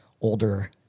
older